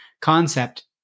concept